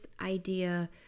idea